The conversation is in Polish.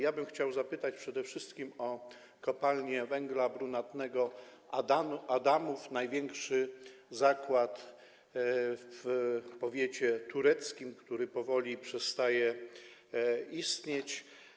Ja bym chciał zapytać przede wszystkim o Kopalnię Węgla Brunatnego Adamów, największy w powiecie tureckim zakład, który powoli przestaje istnieć.